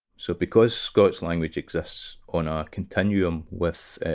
so because scots language exists on a continuum with